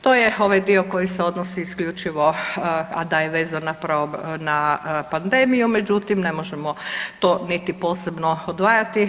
To je ovaj dio koji se odnosi isključivo, a da je vezana na pandemiju, međutim, ne može to niti posebno odvajati.